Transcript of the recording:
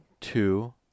two